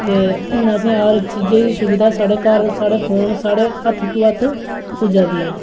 दे हून असें हर इक चीजा दी सुविधा साढ़े घर साढ़े फोन साढ़े हत्थ टू हत्थ पुज्जा दी ऐ